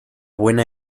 buena